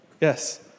Yes